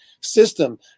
system